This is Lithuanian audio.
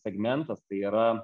segmentas tai yra